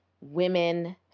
women